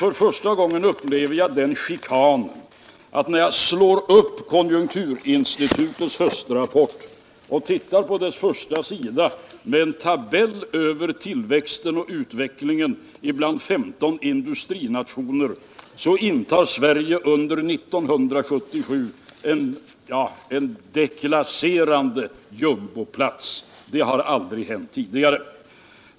För första gången upplever jag den chikanen, när jag slår upp konjunkturinstitutets höstrapport och läser dess första sida med en tabell över tillväxten och utvecklingen bland 15 industrinationer, att Sverige under 1977 intar en deklasserande jumboplats. Det har aldrig hänt tidigare.